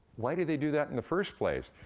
why do they do that in the first place?